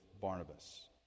Barnabas